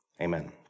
Amen